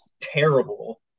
terrible